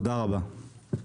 תודה רבה.